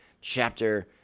chapter